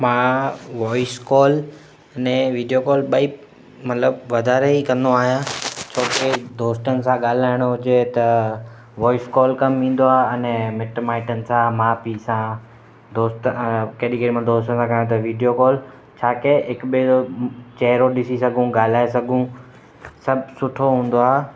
मां voice call अने video call ॿई मतिलबु वधारे ई कंदो आहियां छो की दोस्तनि सां ॻाल्हाइणो हुजे त वॉइस कॉल कमु ईंदो आहे अने मिटु माइटनि सां माउ पीउ सां दोस्त केडी केॾीमहिल दोस्तनि सां करां त वीडियो कॉल छा की हिकु भेरो चहिरो ॾिसी सघूं ॻाल्हाए सघूं सभु सुठो हूंदो आहे